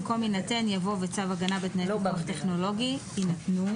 במקום "יינתן" יבוא "וצו הגנה בתנאי פיקוח טכנולוגי יינתנו".